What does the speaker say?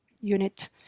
unit